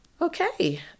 Okay